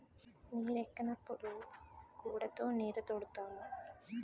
నీరెక్కనప్పుడు గూడతో నీరుతోడుతాము